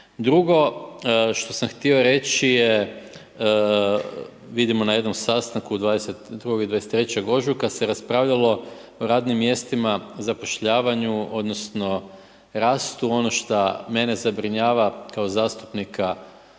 Drugo što sam htio reći je, vidimo na jednom sastanku 22. i 23. ožujka se raspravljalo o radnim mjestima zapošljavanju odnosno, rastu ono što mene zabrinjava kao zastupnika